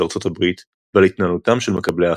ארצות הברית ועל התנהלותם של מקבלי ההחלטות.